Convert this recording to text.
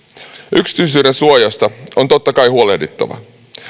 yksityisyydensuojasta on totta kai huolehdittava